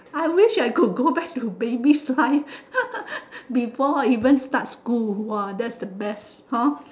I wish I could go back to baby size before I even start school !wah! that's the best hor